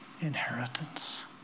inheritance